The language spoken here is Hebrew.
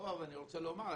פה אני רוצה לומר,